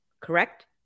correct